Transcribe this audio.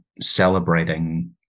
celebrating